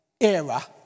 era